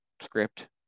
script